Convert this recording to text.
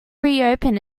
reopen